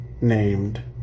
named